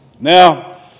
Now